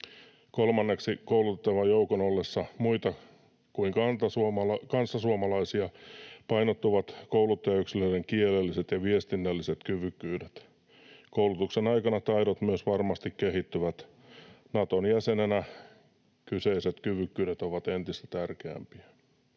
Kolmanneksi: Koulutettavan joukon ollessa muita kuin kanssasuomalaisia painottuvat kouluttajayksilöiden kielelliset ja viestinnälliset kyvykkyydet. Koulutuksen aikana taidot myös varmasti kehittyvät. Naton jäsenenä kyseiset kyvykkyydet ovat entistä tärkeämpiä.